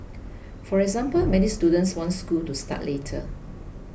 for example many students want school to start later